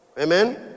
Amen